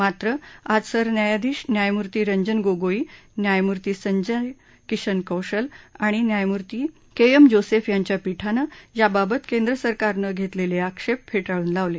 मात्र आज सरन्यायाधीश न्यायमूर्ती रंजन गोगोई न्यायमूर्ती संजय किशन कौल आणि न्यायमूर्ती न्यायमूर्ती के एम जोसेफ यांच्या पीठानं यावावत केंद्रसरकारनं घेतलेले आक्षेप फेटाळून लावले